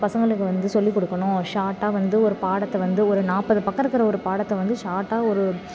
பசங்களுக்கு வந்து சொல்லிக்கொடுக்கணும் ஷார்ட்டாக வந்து ஒரு பாடத்தை வந்து ஒரு நாற்பது பக்கம் இருக்கிற ஒரு பாடத்தை வந்து ஷார்ட்டாக ஒரு